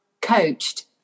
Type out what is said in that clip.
coached